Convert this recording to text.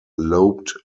lobed